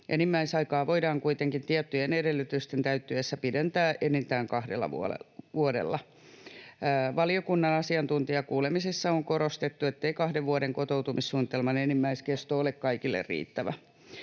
Enimmäisaikaa voidaan kuitenkin tiettyjen edellytysten täyttyessä pidentää enintään kahdella vuodella. Valiokunnan asiantuntijakuulemisissa on korostettu, ettei kahden vuoden kotoutumissuunnitelman enimmäiskesto ole kaikille riittävä.